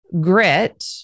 grit